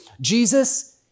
Jesus